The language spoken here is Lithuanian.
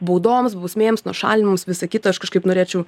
baudoms bausmėms nušalinimams visa kita aš kažkaip norėčiau